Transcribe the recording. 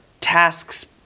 tasks